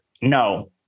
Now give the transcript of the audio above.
No